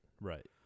Right